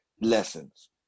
lessons